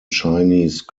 chinese